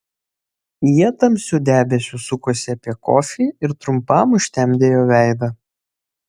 jie tamsiu debesiu sukosi apie kofį ir trumpam užtemdė jo veidą